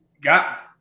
Got